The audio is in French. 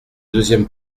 deuxième